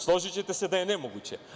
Složićete se da je nemoguće.